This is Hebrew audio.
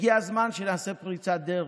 הגיע הזמן שנעשה פריצת דרך,